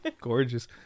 gorgeous